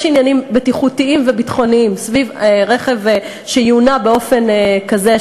יש עניינים בטיחותיים וביטחוניים סביב רכב שיונע באופן כזה,